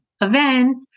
event